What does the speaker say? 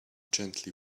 gently